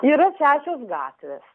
yra šešios gatvės